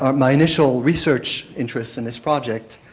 um my initial research interest in this project